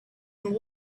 and